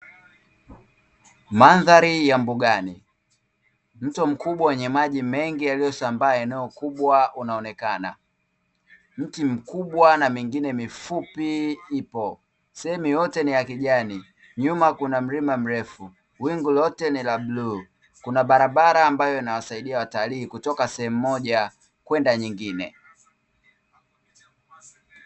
Mandhari ya mbugani, mto mkubwa wenye maji mengi yaliyosambaa eneo kubwa unaonekana. Mti mkubwa na mengine mifupi ipo. Sehemu yote ni ya kijani, nyuma kuna mlima mrefu. Wingu lote ni la bluu. Kuna barabara ambayo inawasaidia watalii kutoka sehemu moja kwenda nyingine.